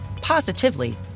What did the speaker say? positively